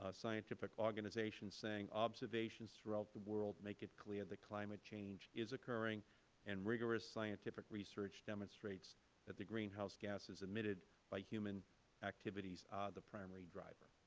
ah scientific organizations saying observations throughout the world make it clear that climate change is occurring and rigorous scientific research demonstrates that the greenhouse gases emitted by human activities are the primary driver.